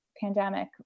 pandemic